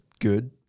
good